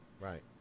Right